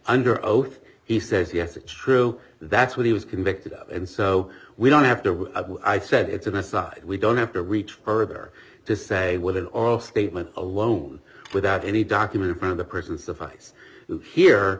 under oath he says yes it's true that's what he was convicted of and so we don't have to i said it's an aside we don't have to reach further to say with an oral statement alone without any document from the person suffice here